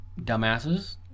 dumbasses